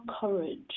courage